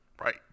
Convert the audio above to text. Right